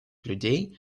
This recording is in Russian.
людей